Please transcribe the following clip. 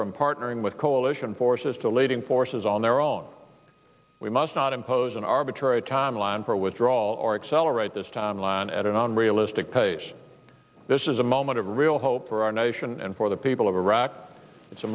from partnering with coalition forces to leading forces on their own we must not impose an arbitrary timeline for withdrawal or accelerate this timeline at an unrealistic pace this is a moment of real hope for our nation and for the people of iraq it's a